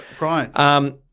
Right